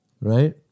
right